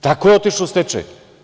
Tako je otišla u stečaj.